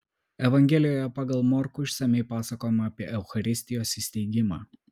evangelijoje pagal morkų išsamiai pasakojama apie eucharistijos įsteigimą